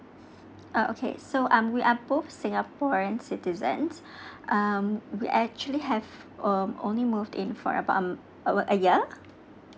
uh okay so um we are both singaporeans citizens um we actually have um only moved in for about um uh a year